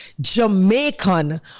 jamaican